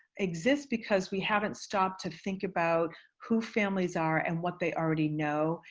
exists because we haven't stopped to think about who families are and what they already know,